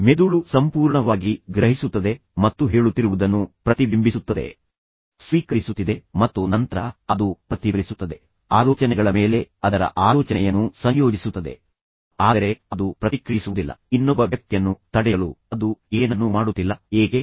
ಮೆದುಳು ಸಂಪೂರ್ಣವಾಗಿ ಗ್ರಹಿಸುತ್ತದೆ ಮತ್ತು ಹೇಳುತ್ತಿರುವುದನ್ನು ಪ್ರತಿಬಿಂಬಿಸುತ್ತದೆ ಸ್ವೀಕರಿಸುತ್ತಿದೆ ಮತ್ತು ನಂತರ ಅದು ಪ್ರತಿಫಲಿಸುತ್ತದೆ ಆಲೋಚನೆಗಳ ಮೇಲೆ ಅದರ ಆಲೋಚನೆಯನ್ನು ಸಂಯೋಜಿಸುತ್ತದೆ ಆದರೆ ಅದು ಪ್ರತಿಕ್ರಿಯಿಸುವುದಿಲ್ಲ ಇನ್ನೊಬ್ಬ ವ್ಯಕ್ತಿಯನ್ನು ತಡೆಯಲು ಅದು ಏನನ್ನೂ ಮಾಡುತ್ತಿಲ್ಲ ಏಕೆ